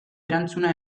erantzuna